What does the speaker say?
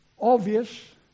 obvious